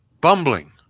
bumbling